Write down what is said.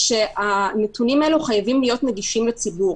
הנתונים האלה חייבים להיות נגישים לציבור.